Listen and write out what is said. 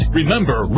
Remember